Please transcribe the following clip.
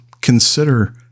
consider